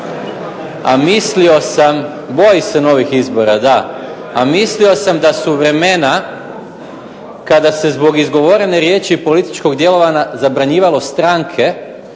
danas gledaju. Boji se novih izbora, a mislio sam da su vremena kada se zbog izgovorene riječi i političkog djelovanja zabranjivalo stranke